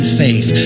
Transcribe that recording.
faith